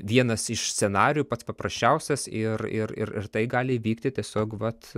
vienas iš scenarijų pats paprasčiausias ir ir ir ir tai gali įvykti tiesiog vat